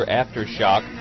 aftershock